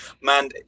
man